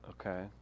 Okay